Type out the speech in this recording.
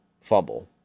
fumble